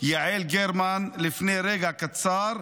יעל גרמן, לפני רגע קצר.